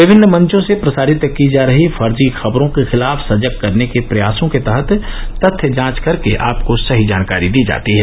विभिन्न मंचों से प्रसारित की जा रही फर्जी खबरों के खिलाफ सजग करने के प्रयासों के तहत तथ्य जांच करके आपको सही जानकारी दी जाती है